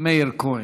מאיר כהן.